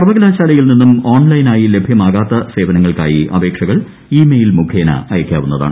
സർവകലാശാലയിൽ നിന്നും ഓൺലൈനായി ലഭ്യമാകാത്ത സേവനങ്ങൾക്കായി അപേക്ഷകൾ ഇമെയിൽ മുഖേന അയയ്ക്കാവുന്നതാണ്